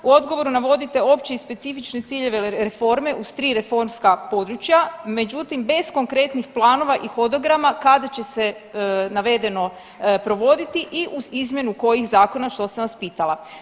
U odgovoru navodite opće i specifične ciljeve reforme uz tri reformska područja, međutim bez konkretnih planova i hodograma kada će se navedeno provoditi i uz izmjenu kojih zakona što sam vas pitala.